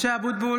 (קוראת בשמות חברי הכנסת) משה אבוטבול,